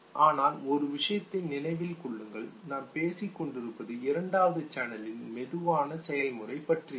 ஆனால் ஒரு விஷயத்தை நினைவில் கொள்ளுங்கள் நாம் பேசிக் கொண்டிருப்பது இரண்டாவது சேனலின் மெதுவான செயல்முறை பற்றியது